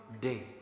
day